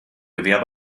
gewehr